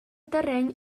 terreny